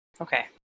Okay